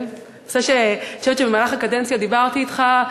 אני חושבת שבמהלך הקדנציה דיברתי אתך,